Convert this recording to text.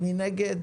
מי נגד?